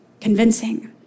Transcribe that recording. convincing